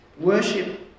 Worship